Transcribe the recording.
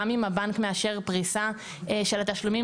גם אם הבנק מאשר פריסה של התשלומים,